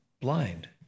blind